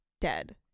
dead